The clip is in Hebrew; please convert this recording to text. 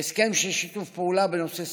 והסכם של שיתוף פעולה בנושא סחר,